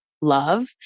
love